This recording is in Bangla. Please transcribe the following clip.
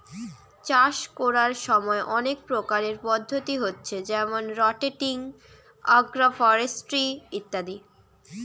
চাষ কোরার সময় অনেক প্রকারের পদ্ধতি হচ্ছে যেমন রটেটিং, আগ্রফরেস্ট্রি ইত্যাদি